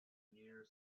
near